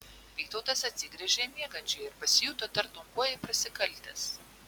vytautas atsigręžė į miegančiąją ir pasijuto tartum kuo jai prasikaltęs